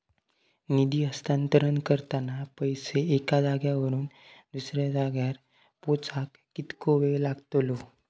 निधी हस्तांतरण करताना पैसे एक्या जाग्यावरून दुसऱ्या जाग्यार पोचाक कितको वेळ लागतलो?